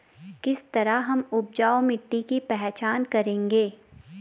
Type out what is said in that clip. किस तरह हम उपजाऊ मिट्टी की पहचान करेंगे?